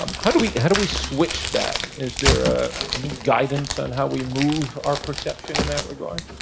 um how do we, how do we switch that? is there a, any guidance on how we move our perception in that regard?